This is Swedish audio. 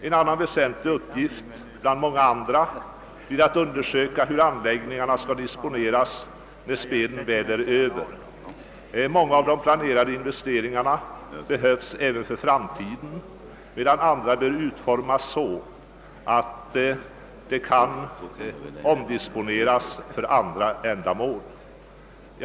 En annan väsentlig uppgift bland många andra blir att undersöka hur anläggningarna skall disponeras när spelen väl är över. Många av de planerade investeringarna behövs även för framtiden, medan andra bör utformas så att de efteråt kan omdisponeras för andra ändamål.